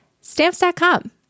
Stamps.com